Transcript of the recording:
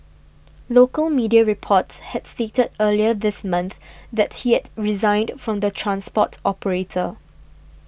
local media reports had stated earlier this month that he had resigned from the transport operator